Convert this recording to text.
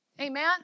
Amen